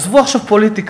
עזבו עכשיו פוליטיקה,